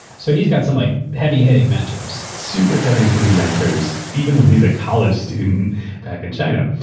so he's got some like heavy-hitting mentors. super heavy-hitting mentors, even when he's a college student back in china.